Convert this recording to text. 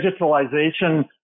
digitalization